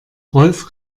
rolf